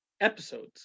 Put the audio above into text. episodes